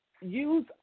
use